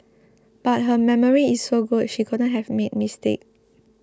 but her memory is so good she couldn't have made mistake